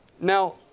Now